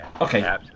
Okay